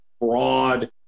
broad